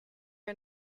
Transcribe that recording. are